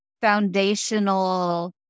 foundational